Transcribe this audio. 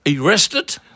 arrested